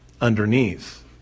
underneath